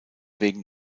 wegen